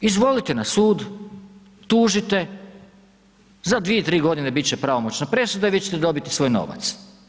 Izvolite na sud, tužite, za 2, 3 godine biti će pravomoćna presuda i vi ćete dobiti svoj novac.